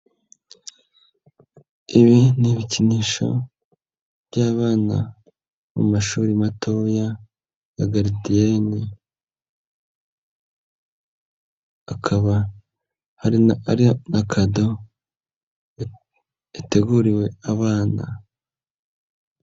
Ibi ni ibikinisho by'abana bo mu mashuri matoya ya garidine, akaba a ari kado yateguriwe abana.